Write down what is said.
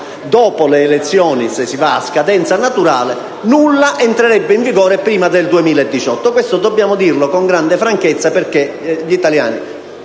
dopo le elezioni, se si va a scadenza naturale, nulla entrerebbe in vigore prima del 2018. Dobbiamo dire questo con grande franchezza perché gli italiani